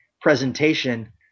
presentation